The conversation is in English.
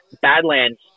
Badlands